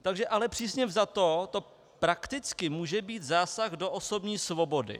Takže ale přísně vzato to prakticky může být zásah do osobní svobody.